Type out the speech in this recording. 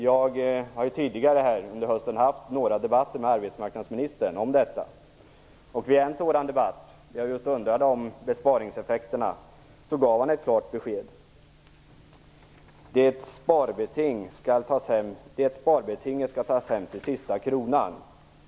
Jag har tidigare under hösten fört några debatter med arbetsmarknadsministern om detta. När jag vid en av debatterna undrade över besparingseffekterna på just denna sektor gav han ett klart besked: Sparbetinget skall tas hem till sista kronan.